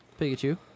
Pikachu